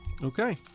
Okay